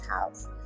house